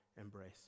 embrace